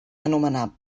anomenar